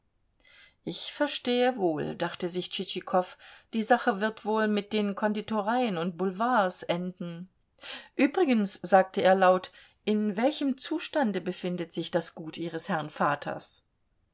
ich verstehe wohl dachte sich tschitschikow die sache wird wohl mit den konditoreien und boulevards enden übrigens sagte er laut in welchem zustande befindet sich das gut ihres herrn vaters